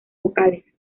vocales